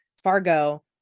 Fargo